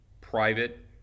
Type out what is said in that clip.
private